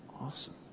Awesome